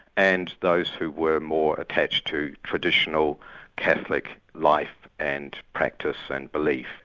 and those who were more attached to traditional catholic life and practice and belief.